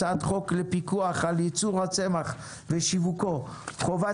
הצ"ח לפיקוח על ייצור הצמח ושיווקו (חובת